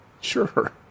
Sure